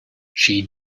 she